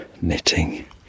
knitting